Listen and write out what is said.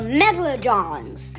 megalodons